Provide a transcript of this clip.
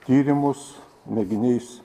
tyrimus mėginiais